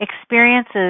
Experiences